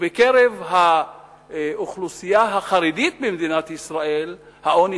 ובקרב האוכלוסייה החרדית במדינת ישראל העוני